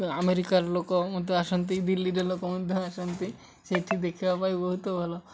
ଆମେରିକାର ଲୋକ ମଧ୍ୟ ଆସନ୍ତି ଦିଲ୍ଲୀରେ ଲୋକ ମଧ୍ୟ ଆସନ୍ତି ସେଇଠି ଦେଖିବା ପାଇଁ ବହୁତ ଭଲ